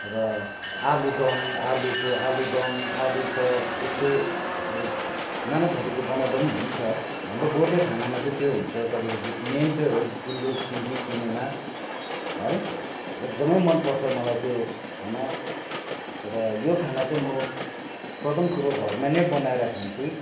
र आलुदम आलुको आलुदम आलु चप यस्तै अब नाना थरीको बनाउँदा पनि हुन्छ हाम्रो गोर्खे खानामा चाहिँ त्यो हुन्छ तपाईँको मेन चाहिँ हो गुन्द्रुक सिन्की किनेमा है एकदमै मन पर्छ मलाई त्यो खाना र यो खाना चाहिँ म प्रथम कुरो घरमा नै बनाएर खान्छु